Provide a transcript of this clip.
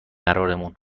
قرارمون